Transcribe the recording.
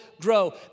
grow